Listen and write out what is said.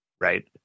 right